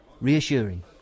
Reassuring